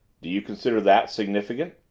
do you consider that significant?